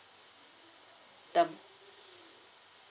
the